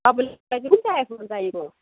तपाईँलाई चाहिँ कुन चाहिँ आइफोन चाहिएको